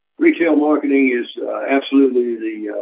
retail marketing is absolutely the